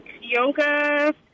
yoga